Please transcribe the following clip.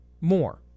more